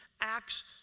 Acts